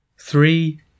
Three